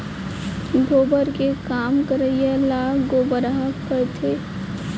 गोबर के काम करइया ल गोबरहा कथें